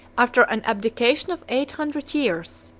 after an abdication of eight hundred years,